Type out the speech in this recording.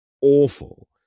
awful